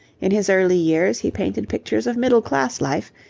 in his early years he painted pictures of middle-class life,